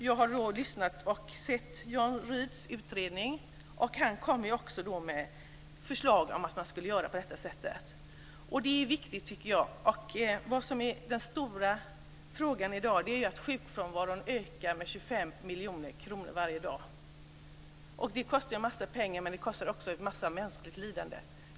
Jag har sett Jan Rydhs utredning. Han kommer också med förslag om att man ska göra på det här sättet. Jag tycker att det är viktigt. Den stora frågan i dag är ju att kostnaden för sjukfrånvaron ökar med 25 miljoner kronor varje dag. Det kostar en massa pengar, men det kostar också en massa mänskligt lidande.